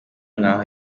nk’aho